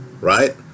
Right